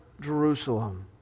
Jerusalem